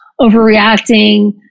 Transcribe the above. overreacting